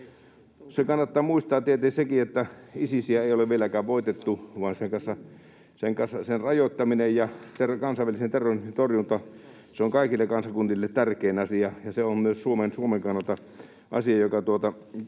kannattaa muistaa tietenkin, että Isisiä ei ole vieläkään voitettu, vaan sen rajoittaminen ja kansainvälisen terrorismin torjunta on kaikille kansakunnille tärkein asia, ja se on myös Suomen kannalta asia, joka